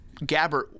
Gabbert